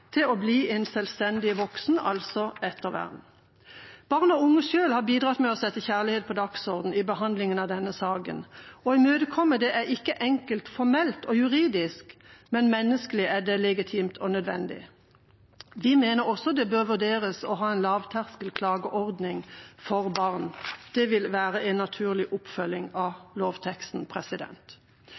til å bli en selvstendig voksen, altså ettervern. Barn og unge har selv bidratt med å sette kjærlighet på dagsordenen i behandlingen av denne saken. Å imøtekomme det er ikke enkelt formelt og juridisk, men menneskelig er det legitimt og nødvendig. Vi mener også det bør vurderes å ha en lavterskel klageordning for barn – det vil være en naturlig oppfølging av lovteksten.